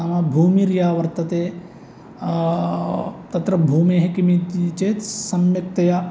नाम भूमिर्या वर्तते तत्र भूमेः किम् इति चेत् सम्यक्तया